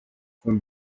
from